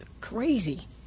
crazy